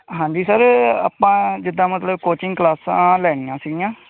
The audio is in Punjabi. ਹਾਂਜੀ ਸਰ ਆਪਾਂ ਜਿੱਦਾਂ ਮਤਲਬ ਕੋਚਿੰਗ ਕਲਾਸਾਂ ਲੈਣੀਆਂ ਸੀਗੀਆਂ